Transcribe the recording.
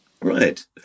right